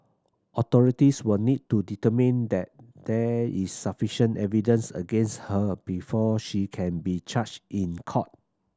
authorities will need to determine that there is sufficient evidence against her before she can be charged in court